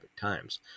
Times